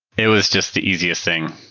it was just the easiest thing.